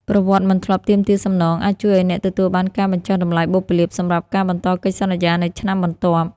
ប្រវត្តិមិនធ្លាប់ទាមទារសំណង អាចជួយឱ្យអ្នកទទួលបានការបញ្ចុះតម្លៃបុព្វលាភសម្រាប់ការបន្តកិច្ចសន្យានៅឆ្នាំបន្ទាប់។